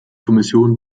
kommission